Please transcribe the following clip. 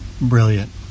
brilliant